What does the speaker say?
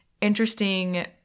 interesting